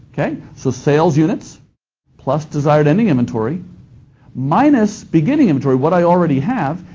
okay? so sales units plus desired ending inventory minus beginning inventory, what i already have,